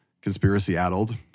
conspiracy-addled